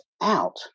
out